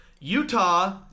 Utah